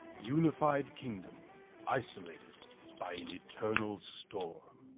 unified kingdom isolated by an eternal storm.